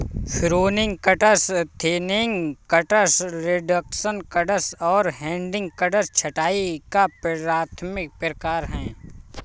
pruning cuts, thinning cuts, reduction cuts और heading cuts छंटाई का प्राथमिक प्रकार हैं